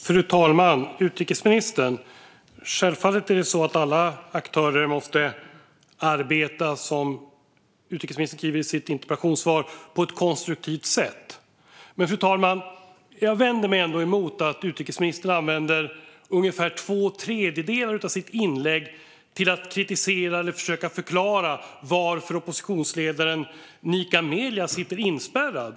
Fru talman och utrikesministern! Självfallet är det så att alla aktörer, som utrikesministern säger i sitt interpellationssvar, måste arbeta på ett konstruktivt sätt. Fru talman! Jag vänder mig ändå emot att utrikesministern använder ungefär två tredjedelar av sitt inlägg till att kritisera eller försöka förklara varför oppositionsledaren Nika Melia sitter inspärrad.